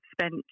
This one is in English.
spent